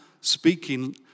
speaking